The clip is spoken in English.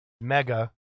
mega